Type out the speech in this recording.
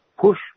push